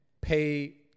pay